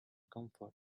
comfort